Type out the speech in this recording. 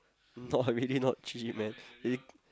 no not I really not cheap man is it